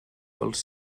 pels